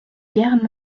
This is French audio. guerre